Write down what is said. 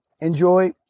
Enjoy